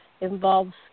involves